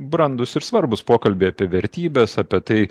brandus ir svarbūs pokalbiai apie vertybes apie tai